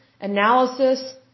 analysis